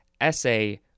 essay